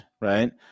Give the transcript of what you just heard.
right